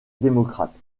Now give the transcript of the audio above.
démocrate